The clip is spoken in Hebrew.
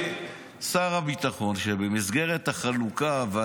אמר לי שר הביטחון שבמסגרת החלוקה של